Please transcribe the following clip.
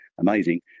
amazing